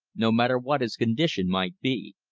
no matter what his condition might be.